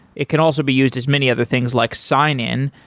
it can also be used as many other things like sign-in.